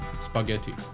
spaghetti